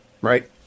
right